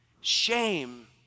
Shame